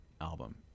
album